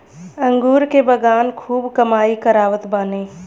अंगूर के बगान खूब कमाई करावत बाने